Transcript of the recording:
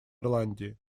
ирландии